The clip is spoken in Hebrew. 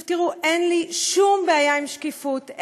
תראו, אין לי שום בעיה עם שקיפות.